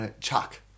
Chuck